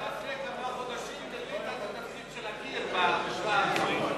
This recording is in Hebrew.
רק לפני כמה חודשים מילאת את התפקיד של הקיר במשוואה הזאת.